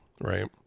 right